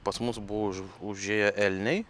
pas mus buvo už užėję elniai